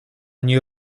nie